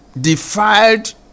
defiled